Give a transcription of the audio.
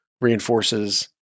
reinforces